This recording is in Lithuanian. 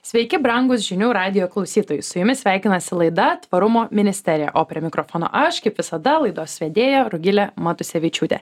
sveiki brangūs žinių radijo klausytojai su jumis sveikinasi laida tvarumo ministerija o prie mikrofono aš kaip visada laidos vedėja rugilė matusevičiūtė